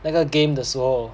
那个 game 的时候